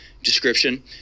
description